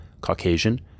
Caucasian